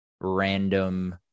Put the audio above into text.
random